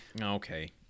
Okay